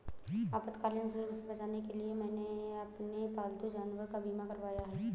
आपातकालीन शुल्क से बचने के लिए मैंने अपने पालतू जानवर का बीमा करवाया है